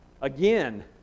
again